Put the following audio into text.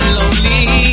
lonely